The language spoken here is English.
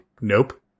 Nope